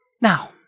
Now